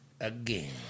Again